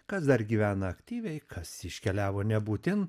kas dar gyvena aktyviai kas iškeliavo nebūtin